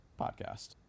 podcast